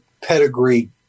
pedigree